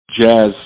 jazz